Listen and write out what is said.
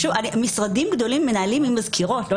משרדים גדולים מנהלים עם מזכירות ולא